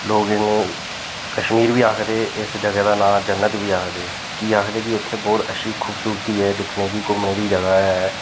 लोक इ'यां कश्मीर बी आखदे इस जगह् दा नांऽ जन्नत बी आखदे की आखदे कि उत्थें बोह्त अच्छी खूबसूरती ऐ दिक्खने दी घूमने दी जगह् ऐ